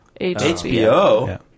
HBO